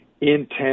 intent